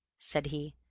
said he.